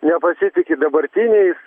nepasitiki dabartiniais